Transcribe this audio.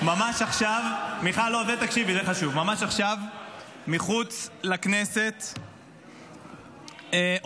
ממש עכשיו מחוץ לכנסת עומדים,